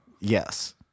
Yes